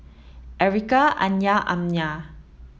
Ericka Anya and Amya